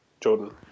Jordan